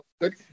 good